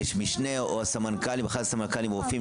יש משנה או אחד הסמנכ"לים רופאים.